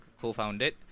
co-founded